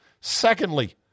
Secondly